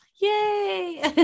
Yay